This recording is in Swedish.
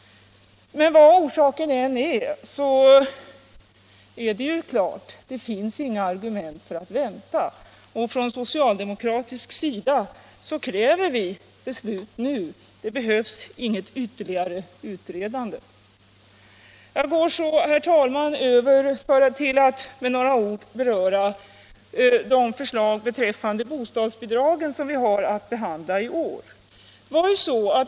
Vad orsaken än är står det ju klart: Det finns inga argument för att vänta. Från socialdemokratisk sida kräver vi beslut nu. Det behövs inget ytterligare utredande. Jag går så, herr talman, över till att med några ord beröra det förslag beträffande bostadsbidragen som riksdagen har att behandla i år.